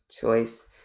Choice